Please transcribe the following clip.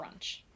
brunch